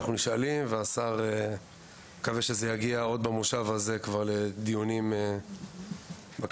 אז אני מקווה שזה יגיע כבר במושב הנוכחי לדיונים בכנסת.